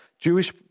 Jewish